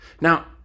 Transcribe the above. Now